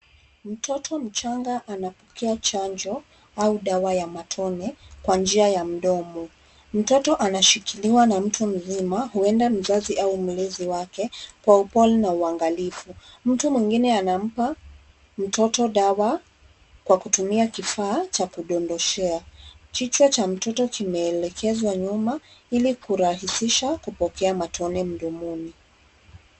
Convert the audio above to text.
Mtoto mchanga anapokea chanjo au dawa ya matone kwa njia ya mdomo. Mtoto anashikiliwa na mtu mzima huenda mzazi au mlezi wake kwa upole na uangalifu. Mtu mwingine anampa mtoto dawa kwa kutumia kifaa cha kudondoshea. Kichwa cha mtoto kimeelekezwa nyuma ili kurahisisha kupokea matone mdomoni.